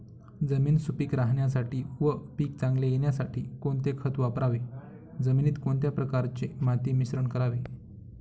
जमीन सुपिक राहण्यासाठी व पीक चांगले येण्यासाठी कोणते खत वापरावे? जमिनीत कोणत्या प्रकारचे माती मिश्रण करावे?